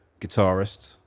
guitarist